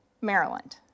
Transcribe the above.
Maryland